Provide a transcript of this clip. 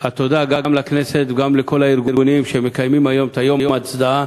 תודה גם לכנסת וגם לכל הארגונים שמקיימים היום את יום ההצדעה.